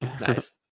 Nice